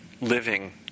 living